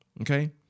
Okay